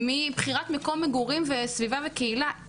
מבחירת מקום מגורים וסביבה וקהילה.